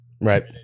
Right